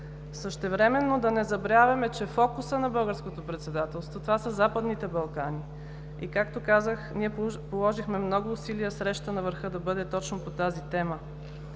Същевременно да не забравяме, че фокуса на българското председателство това са Западните Балкани. Както казах, ние положихме много усилия Срещата на върха да бъде точно по тази тема.